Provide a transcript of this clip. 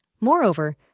Moreover